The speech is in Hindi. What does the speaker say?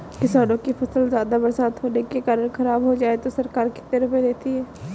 किसानों की फसल ज्यादा बरसात होने के कारण खराब हो जाए तो सरकार कितने रुपये देती है?